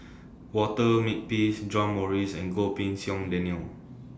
Walter Makepeace John Morrice and Goh Pei Siong Daniel